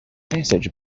passage